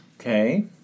Okay